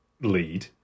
lead